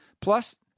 Plus